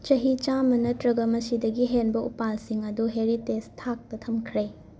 ꯆꯍꯤ ꯆꯥꯝꯃ ꯅꯠꯇ꯭ꯔꯒ ꯃꯁꯤꯗꯒꯤ ꯍꯦꯟꯕ ꯎꯄꯥꯜꯁꯤꯡ ꯑꯗꯨ ꯍꯦꯔꯤꯇꯦꯖ ꯊꯥꯛꯇ ꯊꯝꯈ꯭ꯔꯦ